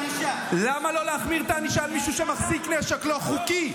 למה לא להחמיר את הענישה למישהו שמחזיק נשק לא חוקי?